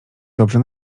dobrze